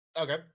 Okay